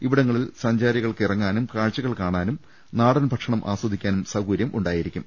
ഇവി ടങ്ങളിൽ സഞ്ചാരികൾക്കിറങ്ങാനും കാഴ്ച്ചകൾ കാണാനും നാടൻ ഭക്ഷണം ആസ്വദിക്കാനും സൌകര്യം ഉണ്ടായിരിക്കും